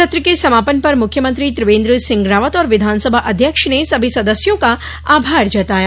सत्र के समापन पर मुख्यमंत्री त्रिवेंद्र सिंह रावत और विधानसभा अध्यक्ष ने सभी सदस्यों का आभार जताया